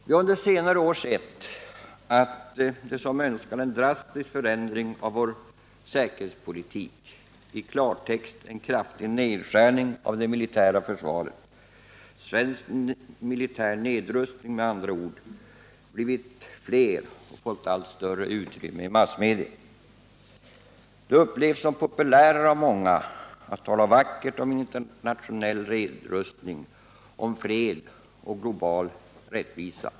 Vi har under senare år sett att de som önskar en drastisk förändring av vår säkerhetspolitik, eller i klartext en kraftig nedskärning av det militära försvaret — med andra ord svensk militär nedrustning — blivit fler och fått allt större utrymme i massmedia. Det upplevs som populärare av många att tala vackert om internationell nedrustning, om fred och global rättvisa.